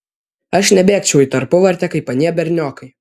aš nebėgčiau į tarpuvartę kaip anie berniokai